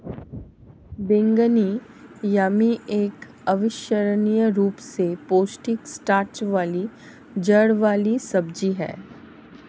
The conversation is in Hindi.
बैंगनी यामी एक अविश्वसनीय रूप से पौष्टिक स्टार्च वाली जड़ वाली सब्जी है